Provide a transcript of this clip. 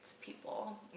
people